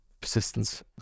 persistence